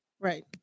right